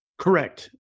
Correct